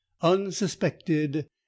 unsuspected